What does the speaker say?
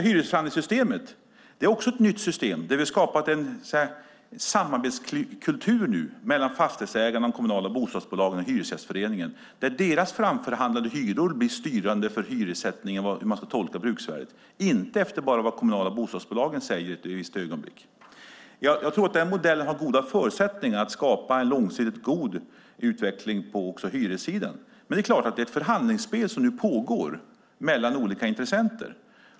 Hyresförhandlingssystemet är också ett nytt system som nu skapar en kultur av samarbete mellan fastighetsägarna, de kommunala bostadsbolagen och Hyresgästföreningen. Deras framförhandlade hyror blir styrande för hyressättningen och hur man ska tolka bruksvärdet, inte bara vad de kommunala bostadsbolagen säger i ett visst ögonblick. Jag tror att den modellen har goda förutsättningar att skapa en långsiktigt god utveckling på hyressidan. Men det är klart att det är ett förhandlingsspel som nu pågår mellan olika intressenter.